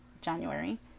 January